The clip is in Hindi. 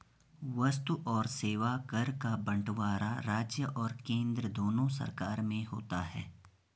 वस्तु और सेवा कर का बंटवारा राज्य और केंद्र दोनों सरकार में होता है